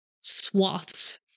swaths